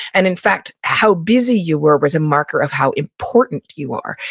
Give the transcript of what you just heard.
and in fact, how busy you were was a marker of how important you were.